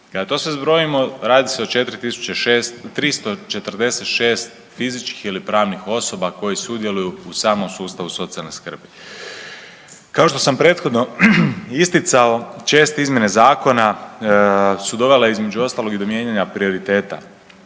Kada to sve zbrojimo radi se o 4346 fizičkih ili pravnih osoba koji sudjeluju u samom sustavu socijalne skrbi. Kao što sam prethodno isticao česte izmjene zakona su dovele između ostalog i do mijenjanja prioriteta.